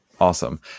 Awesome